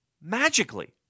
magically